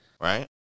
Right